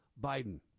biden